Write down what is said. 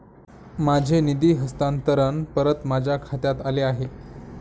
माझे निधी हस्तांतरण परत माझ्या खात्यात आले आहे